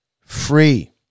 free